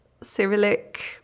Cyrillic